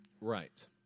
Right